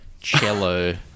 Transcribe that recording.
cello